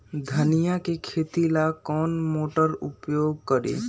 धनिया के खेती ला कौन मोटर उपयोग करी?